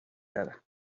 دارم